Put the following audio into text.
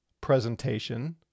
presentation